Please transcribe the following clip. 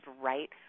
right